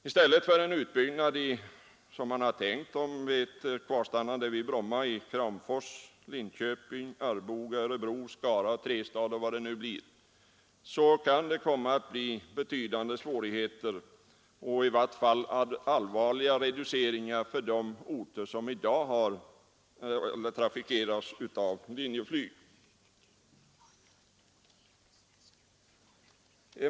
I stället för en planerad utbyggnad — för den händelse att Brommafältet bibehålles — i Kramfors, Linköping, Arboga, Örebro, Skara och Trestad och vad det nu kan bli fråga om uppstår stora svårigheter för de orter som i dag trafikeras av Linjeflyg.